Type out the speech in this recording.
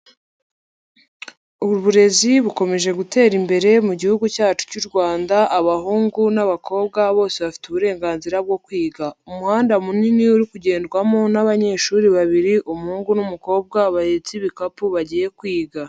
Uburezi bukomeje gutera imbere mugi cyacu cy'u Rwanda abahungu n'abakobwa bose bafite uburenganzira bwo kwiga. Umuhanda munini uri kugendwamo n'abanyeshuri babiri umuhungu n'umukobwa bahetse ibikapu bagiye kwiga.